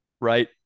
right